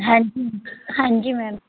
ਹਾਂਜੀ ਹਾਂਜੀ ਮੈਮ